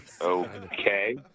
Okay